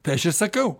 tai aš ir sakau